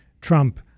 trump